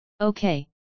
Okay